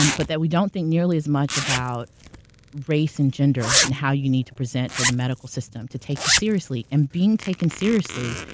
um but that we don't think nearly as much about race and gender and how you need to present for the medical system to take you seriously, and being taken seriously,